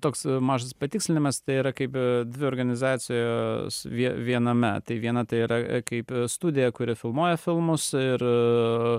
toks mažas patikslinimas tai yra kaip dvi organizacijos vie viename tai viena tai yra kaip studija kuri filmuoja filmus ir